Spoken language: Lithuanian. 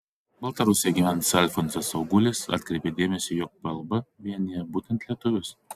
baltarusijoje gyvenantis alfonsas augulis atkreipė dėmesį jog plb vienija būtent lietuvius